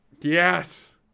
Yes